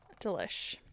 Delish